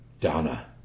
Donna